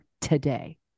today